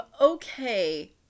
okay